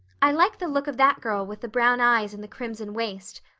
i like the look of that girl with the brown eyes and the crimson waist.